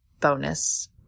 bonus